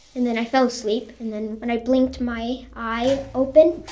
and then i fell asleep. and then when i blinked my eye open,